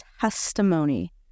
testimony